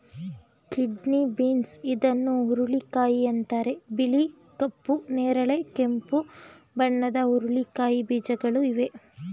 kidney beans ಇದನ್ನು ಹುರುಳಿಕಾಯಿ ಅಂತರೆ ಬಿಳಿ, ಕಪ್ಪು, ನೇರಳೆ, ಕೆಂಪು ಬಣ್ಣದ ಹುರಳಿಕಾಯಿ ಬೀಜಗಳು ಇವೆ